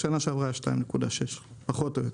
ובשנה שעבר היו 2.6% פחות או יותר.